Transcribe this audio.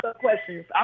questions